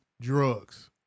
drugs